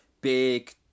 big